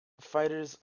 fighters